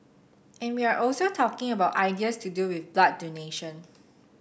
and we are also talking about ideas to do with blood donation